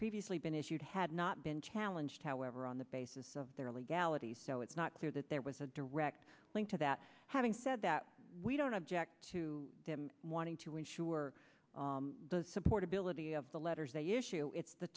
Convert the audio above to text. previously been issued had not been challenged however on the basis of their legality so it's not clear that there was a direct link to that having said that we don't object to wanting to ensure the supportability of the letters they issue it's the